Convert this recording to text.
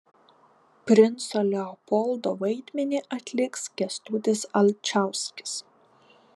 princo leopoldo vaidmenį atliks kęstutis alčauskis